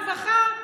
הרווחה,